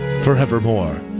forevermore